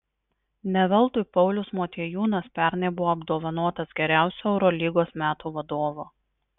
ne veltui paulius motiejūnas pernai buvo apdovanotas geriausiu eurolygos metų vadovu